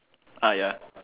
ah ya